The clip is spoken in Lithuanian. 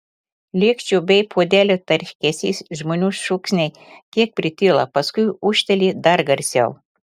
lėkščių bei puodelių tarškesys žmonių šūksniai kiek prityla paskui ūžteli dar garsiau